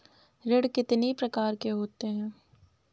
ऋण कितनी प्रकार के होते हैं?